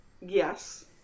Yes